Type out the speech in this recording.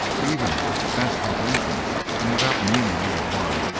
even with the best intentions and without meaning any harm,